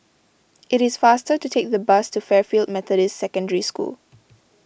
it is faster to take the bus to Fairfield Methodist Secondary School